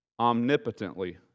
omnipotently